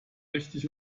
richtig